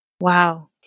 wow